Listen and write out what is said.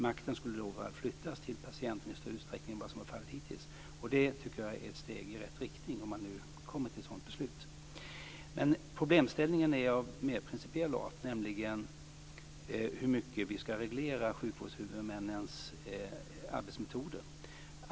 Makten skulle då flyttas till patienten i större utsträckning än vad som har varit fallet hittills. Det tycker jag är ett steg i rätt riktning, om man nu kommer till ett sådant beslut. Problemställningen är av mer principiell art, nämligen hur mycket vi skall reglera sjukvårdshuvudmännens arbetsmetoder.